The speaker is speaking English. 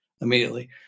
immediately